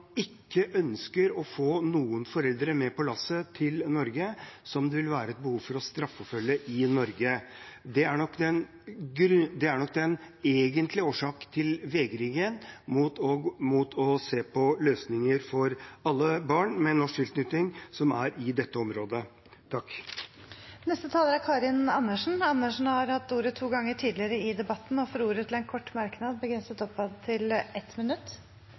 ikke ønsker å få noen foreldre med på lasset til Norge som det vil være behov for å straffeforfølge i Norge. Det er nok den egentlige årsaken til vegringen mot å se på løsninger for alle barn med norsk tilknytning som er i dette området. Representanten Karin Andersen har hatt ordet to ganger tidligere og får ordet til en kort merknad, begrenset til 1 minutt.